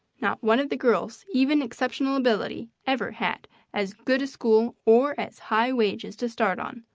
not one of the girls, even exceptional ability, ever had as good a school or as high wages to start on.